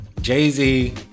Jay-Z